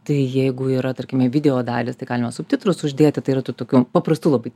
tai jeigu yra tarkime video dalys tik galima subtitrus uždėti tai yra tų tokių paprastų labai